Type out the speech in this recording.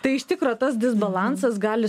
tai iš tikro tas disbalansas gali